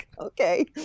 Okay